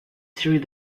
through